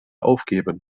aufgeben